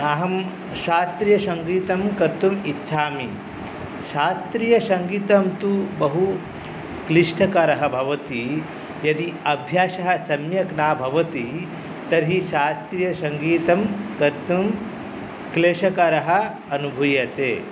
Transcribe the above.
अहं शास्त्रीयसङ्गीतं कर्तुं इच्छामि शास्त्रीयसङ्गीतं तु बहुक्लिष्टकरः भवति यदि अभ्यासः सम्यक् न भवति तर्हि शास्त्रीयसङ्गीतं कर्तुं क्लेशकरः अनुभूयते